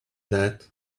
that